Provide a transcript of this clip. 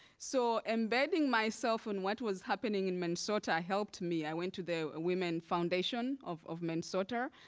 so embedding myself in what was happening in minnesota helped me. i went to the women's foundation of of minnesota.